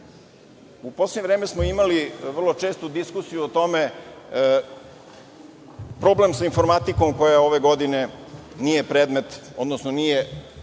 U poslednje vreme smo imali vrlo čestu diskusiju o tome problem sa informatikom koja ove godine nije predmet, odnosno nije